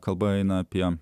kalba eina apie